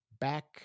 back